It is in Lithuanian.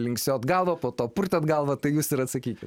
linksėjote galva po to purtote galvą tai jis ir atsakyti